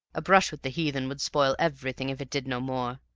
a brush with the heathen would spoil everything, if it did no more.